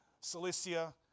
Cilicia